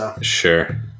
sure